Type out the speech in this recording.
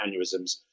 aneurysms